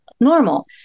normal